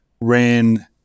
ran